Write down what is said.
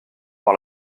par